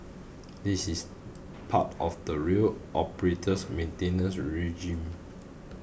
this is part of the rail operator's maintenance regime